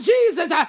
Jesus